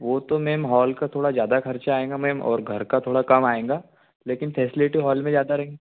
वो तो ma'am hall का थोड़ा ज़्यादा खर्चा आएगा मैम और घर का थोड़ा कम आएंगा लेकिन फ़ैसिलिटी हॉल में ज़्यादा रहेगी